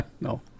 no